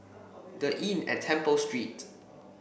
The Inn at Temple Street